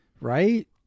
right